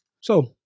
So-